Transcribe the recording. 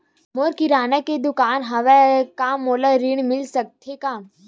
मोर किराना के दुकान हवय का मोला ऋण मिल सकथे का?